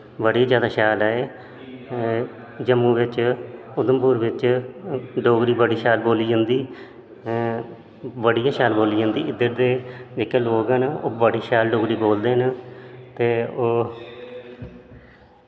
बड़ी शैल ऐ एह् जम्मू बिच्च उधमपुर बिच्च डोगरी बड़ी शैल बोल्ली जंदी बड़ी गै शैल बोल्ली जंदी इध्दर दे जेह्के लोग न ओह् बड़ी शैल डोगरी बोलदे न ते ओह्